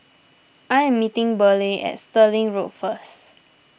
I am meeting Burleigh at Stirling Road first